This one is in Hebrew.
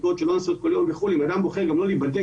אם אדם בוחר גם לא להיבדק